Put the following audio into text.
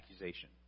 accusation